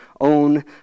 own